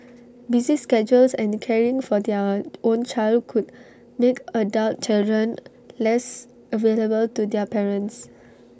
busy schedules and caring for their own child could make adult children less available to their parents